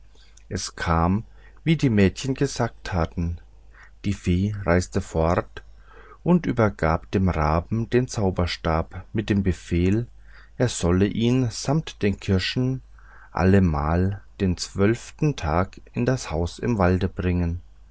es kam wie die mädchen gesagt hatten die fee reiste fort und übergab dem raben den zauberstab mit dem befehl er solle ihn samt den kirschen allemal den zwölften tag in das haus im walde bringen